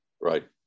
right